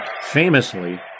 famously